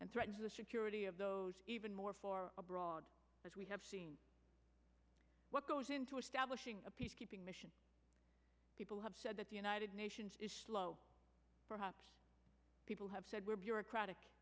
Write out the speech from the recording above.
and threatens the security of those even more for abroad as we have seen what goes into establishing a peacekeeping mission people have said that the united nations is slow perhaps people have said we're bureaucratic